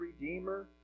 redeemer